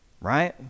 right